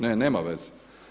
Ne, nema veze.